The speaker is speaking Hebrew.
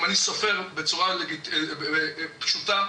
אם אני סופר בצורה לגיטימית ופשוטה,